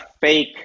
fake